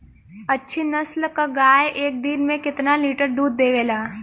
अच्छी नस्ल क गाय एक दिन में केतना लीटर दूध देवे ला?